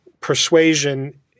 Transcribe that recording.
persuasion